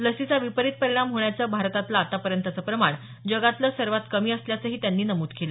लसीचा विपरित परिणाम होण्याचं भारतातलं आतापर्यंतचं प्रमाण जगातील सर्वात कमी असल्याचंही त्यांनी नमूद केलं